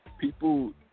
people